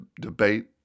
debate